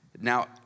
Now